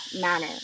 manner